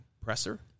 presser